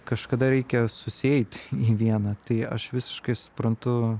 kažkada reikia susieit į vieną tai aš visiškai suprantu